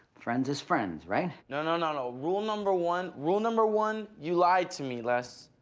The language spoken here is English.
friends is friends, right? no, no, no, no, rule number one, rule number one, you lied to me, les.